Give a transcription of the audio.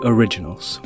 Originals